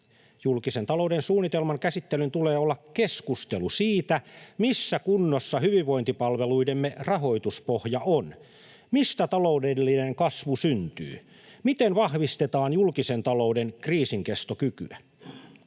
Julkisen talouden suunnitelman käsittelyn tulee olla keskustelu siitä, missä kunnossa hyvinvointipalveluidemme rahoituspohja on. Mistä taloudellinen kasvu syntyy? Miten vahvistetaan julkisen talouden kriisinkestokykyä?